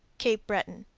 cape breton.